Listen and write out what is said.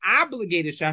obligated